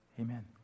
amen